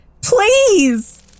please